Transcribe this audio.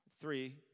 Three